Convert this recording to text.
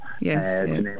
Yes